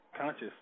conscious